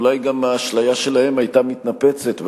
אולי גם האשליה שלהם היתה מתנפצת,